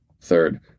Third